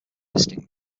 distinct